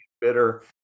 bitter